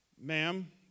ma'am